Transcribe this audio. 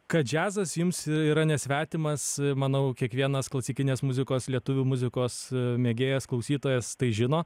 kad džiazas jums yra nesvetimas manau kiekvienas klasikinės muzikos lietuvių muzikos mėgėjas klausytojas tai žino